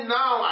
now